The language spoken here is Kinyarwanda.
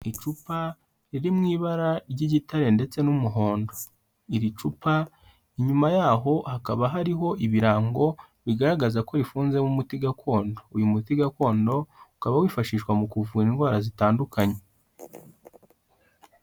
Icupa riri mu ibara ry'igitare ndetse n'umuhondo, iri cupa inyuma yaho hakaba hariho ibirango bigaragaza ko rifunzemo umuti gakondo, uyu muti gakondo ukaba wifashishwa mu kuvura indwara zitandukanye.